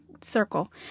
circle